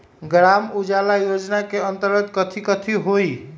ग्राम उजाला योजना के अंतर्गत कथी कथी होई?